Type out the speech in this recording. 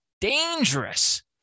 dangerous